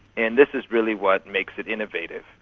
and this is really what makes it innovative.